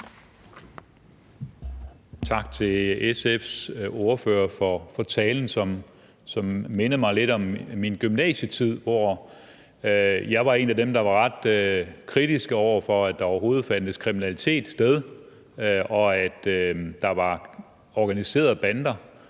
Tak til SF's ordfører for talen, som mindede mig lidt om min gymnasietid, hvor jeg var en af dem, der var ret kritisk. At der overhovedet fandt kriminalitet sted, og at der var organiserede bander,